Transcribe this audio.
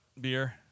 Beer